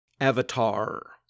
Avatar